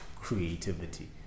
creativity